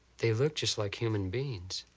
they looked just like human beings.